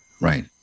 Right